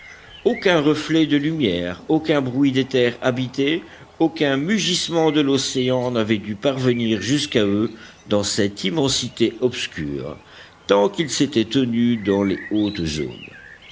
aucun reflet de lumière aucun bruit des terres habitées aucun mugissement de l'océan n'avaient dû parvenir jusqu'à eux dans cette immensité obscure tant qu'ils s'étaient tenus dans les hautes zones